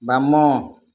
ବାମ